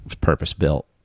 purpose-built